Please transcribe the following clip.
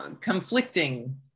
conflicting